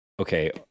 Okay